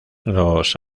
los